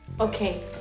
Okay